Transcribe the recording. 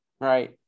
right